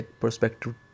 perspective